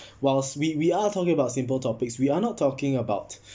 whilst we we are talking about simple topics we are not talking about